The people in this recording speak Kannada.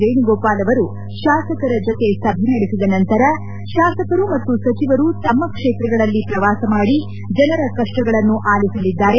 ವೇಣುಗೋಪಾಲ್ ಅವರು ಶಾಸಕರ ಜೊತೆ ಸಭೆ ನಡೆಸಿದ ನಂತರ ಶಾಸಕರು ಮತ್ತು ಸಚಿವರು ತಮ್ಮ ಕ್ಷೇತ್ರಗಳಲ್ಲಿ ಪ್ರವಾಸ ಮಾಡಿ ಜನರ ಕಪ್ಪಗಳನ್ನು ಆಲಿಸಲಿದ್ದಾರೆ